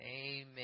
amen